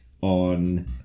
on